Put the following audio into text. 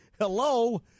Hello